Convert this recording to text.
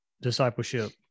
discipleship